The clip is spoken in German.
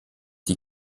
die